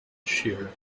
shear